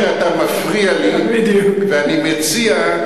שאתה מפריע לי, ואני מציע,